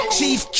Chief